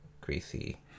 Greasy